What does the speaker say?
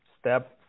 step